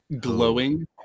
Glowing